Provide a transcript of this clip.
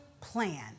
plan